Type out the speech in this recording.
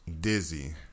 dizzy